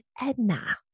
Edna